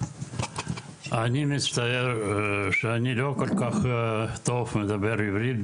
אני מצטער שאני לא כל כך טוב מדבר עברית.